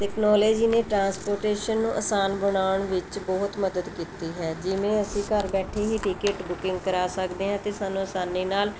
technology ਨੇ transportation ਨੂੰ ਆਸਾਨ ਬਣਾਉਣ ਵਿੱਚ ਬਹੁਤ ਮਦਦ ਕੀਤੀ ਹੈ ਜਿਵੇਂ ਅਸੀਂ ਘਰ ਬੈਠੇ ਹੀ ਟਿਕੇਟ ਬੁਕਿੰਗ ਕਰਾ ਸਕਦੇ ਹਾਂ ਅਤੇ ਸਾਨੂੰ ਆਸਾਨੀ ਨਾਲ